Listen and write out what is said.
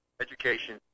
education